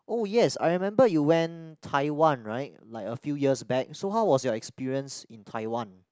oh yes I remember you went Taiwan right like a few years back so how was your experience in Taiwan